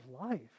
life